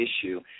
issue